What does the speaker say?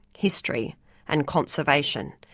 history and conservation,